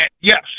Yes